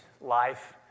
life